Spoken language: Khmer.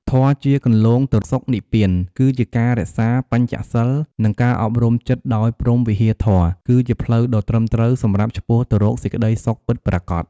ធម៌ជាគន្លងទៅសុខនិព្វាន គឺជាការរក្សាបញ្ចសីល និងការអប់រំចិត្តដោយព្រហ្មវិហារធម៌ គឺជាផ្លូវដ៏ត្រឹមត្រូវសម្រាប់ឆ្ពោះទៅរកសេចក្តីសុខពិតប្រាកដ។